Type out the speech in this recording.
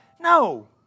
No